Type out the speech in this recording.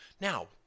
Now